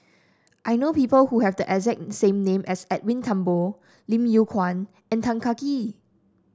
I know people who have the name as Edwin Thumboo Lim Yew Kuan and Tan Kah Kee